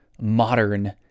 modern